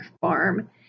Farm